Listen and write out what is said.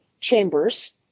chambers